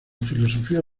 filosofía